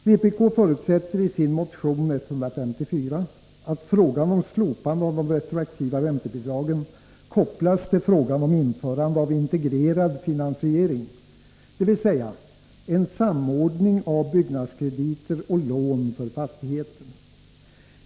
Vpk förutsätter i sin motion 154 att frågan om slopande av de retroaktiva räntebidragen kopplas till frågan om införande av integrerad finansiering, dvs. en samordning av byggnadskrediter och lån för fastigheten.